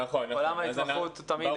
עולם ההתמחות הוא תמיד --- נכון, נכון.